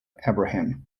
abraham